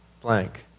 blank